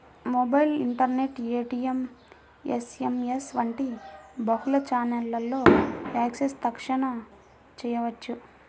mobile, internet, ATM, SMS వంటి బహుళ ఛానెల్లలో యాక్సెస్ తక్షణ చేయవచ్చు